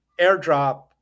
airdrop